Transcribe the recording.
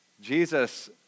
Jesus